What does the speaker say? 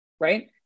right